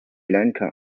lanka